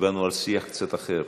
דיברנו על שיח קצת אחר,